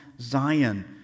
Zion